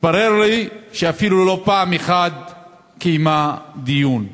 התברר לי שאפילו פעם אחת היא לא קיימה דיון.